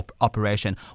operation